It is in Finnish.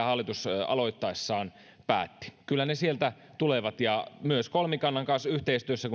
hallitus aloittaessaan päätti kyllä ne sieltä tulevat ja kun näitä valmistellaan kolmikannan kanssa yhteistyössä